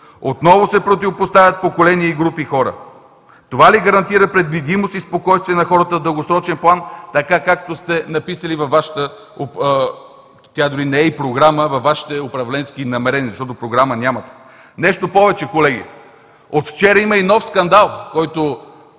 Отново се противопоставят поколения и групи хора. Това ли гарантира предвидимост и спокойствие на хората в дългосрочен план, както сте написали във Вашите управленски намерения, защото програма нямате? Нещо повече, колеги, от вчера има и нов скандал, който